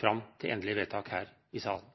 fram til endelig vedtak her i salen.